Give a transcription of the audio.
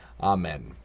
Amen